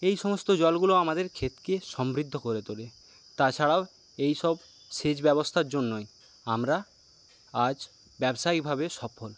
এইসমস্ত জলগুলো আমাদের ক্ষেতকে সমৃদ্ধ করে তোলে তাছাড়াও এইসব সেচ ব্যবস্থার জন্যই আমরা আজ ব্যবসায়িকভাবে সফল